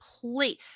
please